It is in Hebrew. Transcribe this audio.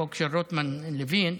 החוק של רוטמן ולוין,